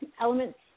elements